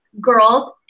girls